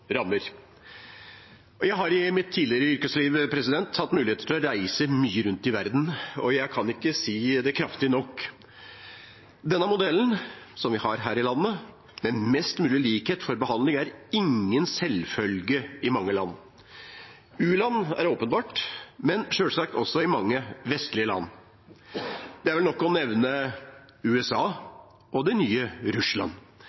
rammer. Jeg hadde i mitt tidligere yrkesliv mulighet til å reise mye rundt i verden, og jeg kan ikke si det kraftig nok: Den modellen som vi har her i landet, med mest mulig likhet når det gjelder behandling, er ingen selvfølge i mange land. I u-land er det åpenbart, men selvsagt også i mange vestlige land. Det er vel nok å nevne USA og det nye Russland,